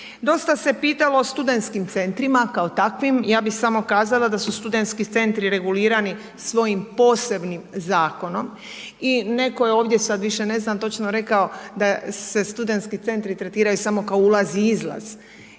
Dosta se pitalo o studentskim centrima kao takvim, ja bi samo kazala da su studentski centri regulirani svojim posebnim zakonom i netko je ovdje sad više ne znam točno rekao da se studentski centri tretiraju samo kao ulazi i izlaz.